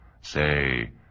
Say